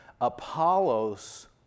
Apollos